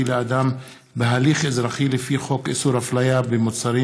לאדם בהליך אזרחי לפי חוק איסור הפליה במוצרים